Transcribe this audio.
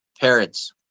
parents